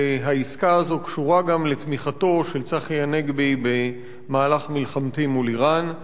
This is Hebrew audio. שהעסקה הזאת קשורה גם לתמיכתו של צחי הנגבי במהלך מלחמתי מול אירן,